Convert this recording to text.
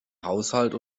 haushalt